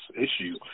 issue